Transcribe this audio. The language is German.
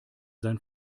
sein